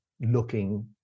looking